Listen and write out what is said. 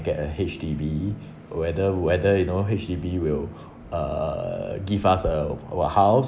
get a H_D_B whether whether you know H_D_B will uh give us a a house